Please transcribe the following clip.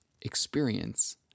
experience